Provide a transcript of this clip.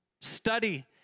study